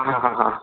ആ ഹാ ഹാ